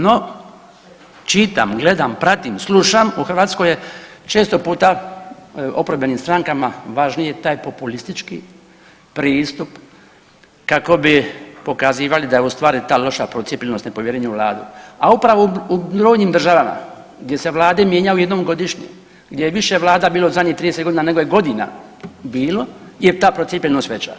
No, čitam, gledam, pratim, slušam u Hrvatskoj je često puta oporbenim strankama važniji taj populistički pristup kako bi pokazivali da je ustvari ta loša procijepljenost nepovjerenje u Vladu, a upravo u drugim državama gdje se vlade mijenjaju jednom godišnje, gdje je više vlada bilo u zadnjih 30 godina nego je godina bila je ta procijepljenost veća.